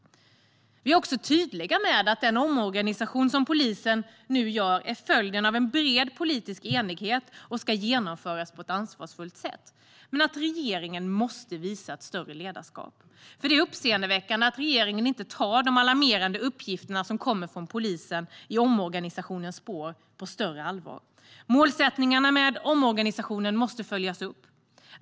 Vi är tydliga med att den omorganisation som polisen nu gör är följden av en bred politisk enighet och ska genomföras på ett ansvarsfullt sätt, men att regeringen måste visa ett större ledarskap. Det är uppseendeväckande att regeringen inte tar de alarmerande uppgifter som kommer från polisen i omorganisationens spår på större allvar. Målsättningarna med omorganisationen måste följas upp.